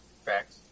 Facts